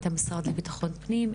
את המשרד לביטחון פנים,